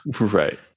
right